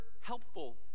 helpful